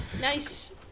Nice